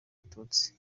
abatutsi